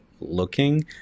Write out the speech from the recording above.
Looking